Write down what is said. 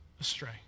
astray